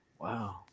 wow